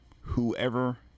whoever